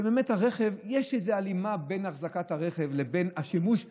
באמת יש הלימה בין אחזקת הרכב לבין השימוש ברכב,